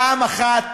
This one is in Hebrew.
פעם אחת